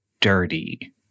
dirty